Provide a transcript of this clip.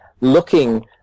looking